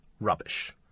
rubbish